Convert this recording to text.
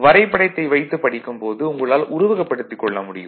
வரைபடத்தை வைத்து படிக்கும் போது உங்களால் உருவகப்படுத்திக் கொள்ள முடியும்